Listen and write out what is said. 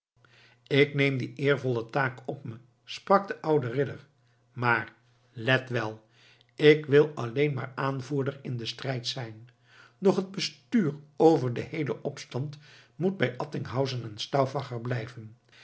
ik neem die eervolle taak op me sprak de oude ridder maar let wel ik wil alleen maar aanvoerder in den strijd zijn doch het bestuur over den heelen opstand moet bij attinghausen en stauffacher blijven